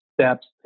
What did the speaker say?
steps